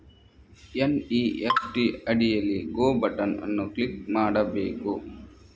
NEFT ಅಡಿಯಲ್ಲಿ go button ಅನ್ನು click ಮಾಡಬೇಕು